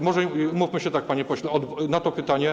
Może umówmy się tak, panie pośle, że na to pytanie.